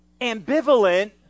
ambivalent